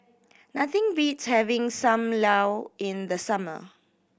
nothing beats having Sam Lau in the summer